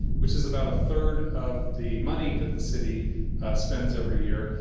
which is about a third of the money that the city spends every year,